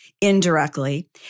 indirectly